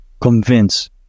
convince